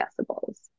decibels